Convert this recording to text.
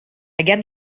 gamme